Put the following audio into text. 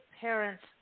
parents